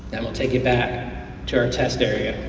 that'll take you back to our test area,